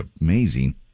amazing